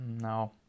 no